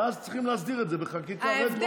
ואז צריכים להסדיר את זה בחקיקה רטרואקטיבית.